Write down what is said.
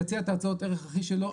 יציע את הצעות הערך הכי שלו,